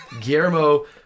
Guillermo